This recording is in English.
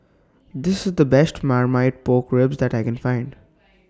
This IS The Best Marmite Pork Ribs that I Can Find